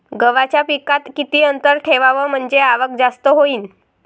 गव्हाच्या पिकात किती अंतर ठेवाव म्हनजे आवक जास्त होईन?